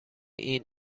این